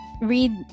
read